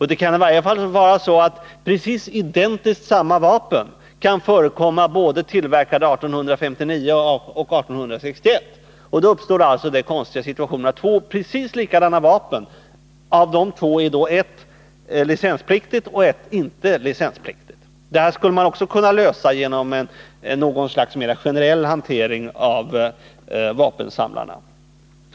Det kan i varje fall vara så att identiska vapen kan vara tillverkade både 1859 och 1861. Då uppstår alltså den konstiga situationen att av två precis likadana vapen är ett licenspliktigt och ett inte. Det här skulle man kunna lösa genom något slags generell hantering av vapensamlarna.